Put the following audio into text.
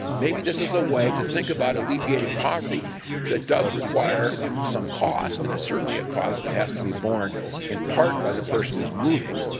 maybe this is a way to think about alleviating poverty that does require some cost and it's certainly a cost that has to be borne in part by the person who's moving,